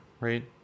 right